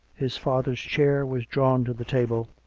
his father's chair was drawn to the table,